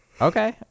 Okay